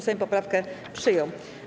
Sejm poprawkę przyjął.